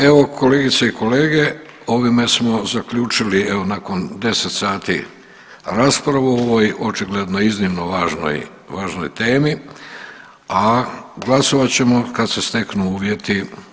Evo kolegice i kolege ovime smo zaključili evo nakon 10 sati raspravu o ovoj očigledno iznimno važnoj, važnoj temi, a glasovat ćemo kad se steknu uvjeti.